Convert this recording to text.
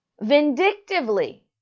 Vindictively